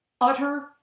utter